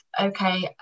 okay